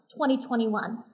2021